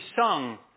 sung